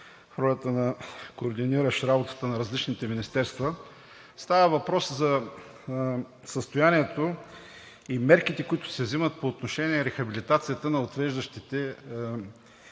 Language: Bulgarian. в ролята на координиращ работата на различните министерства. Става въпрос за състоянието и мерките, които се взимат по отношение рехабилитацията на отвеждащите